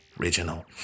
original